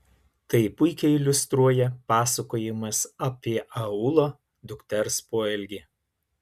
tai puikiai iliustruoja pasakojimas apie aulo dukters poelgį